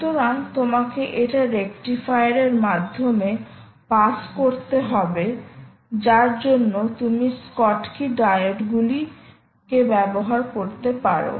সুতরাং তোমাকে এটা রেকটিফায়ার এর মাধ্যমে পাস করাতে হবে যার জন্য তুমি স্কচটকি ডায়োডগুলিকে ব্যবহার করতে পারো